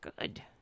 good